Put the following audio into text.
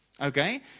Okay